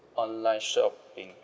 online shopping